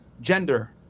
gender